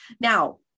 now